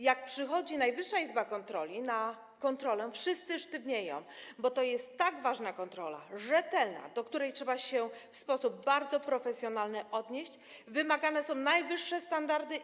Jak przychodzi Najwyższa Izba Kontroli na kontrolę, wszyscy sztywnieją, bo to jest tak ważna kontrola, rzetelna, do której trzeba się w sposób bardzo profesjonalny odnieść, wymagane są najwyższe standardy.